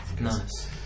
Nice